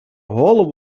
голову